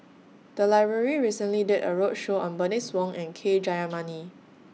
The Library recently did A roadshow on Bernice Wong and K Jayamani